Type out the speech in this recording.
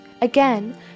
Again